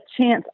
chance